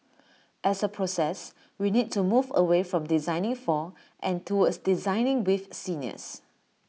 as A process we need to move away from designing for and towards designing with seniors